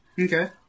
Okay